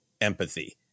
empathy